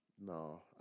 No